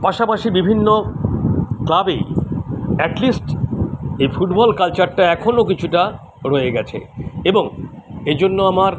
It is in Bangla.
পাশাপাশি বিভিন্ন ক্লাবেই অ্যাট লিস্ট এই ফুটবল কালচারটা এখনও কিছুটা রয়ে গিয়েছে এবং এই জন্য আমার